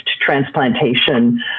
transplantation